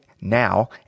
now